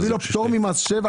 פטור ממס שבח.